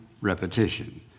repetition